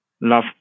love